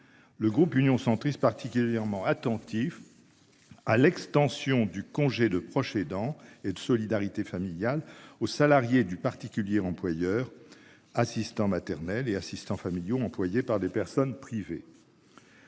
le groupe Union centriste particulièrement attentifs. À l'extension du congé de proche aidant et de solidarité familiale aux salariés du particulier employeur assistants maternels et assistants familiaux employée par des personnes privées.